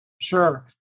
Sure